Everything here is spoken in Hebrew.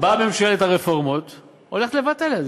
באה ממשלת הרפורמות, הולכת לבטל את זה.